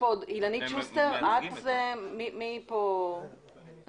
נמצאת פה אילנית שוסטר, אני רואה